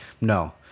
No